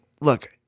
look